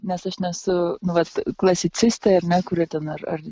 nes aš nesu nu vat klasicistė ir nekuriu ten ar ar